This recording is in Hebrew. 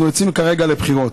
אנחנו יוצאים כרגע לבחירות.